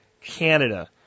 Canada